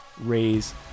raise